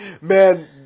man